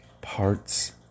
parts